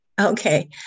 Okay